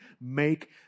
make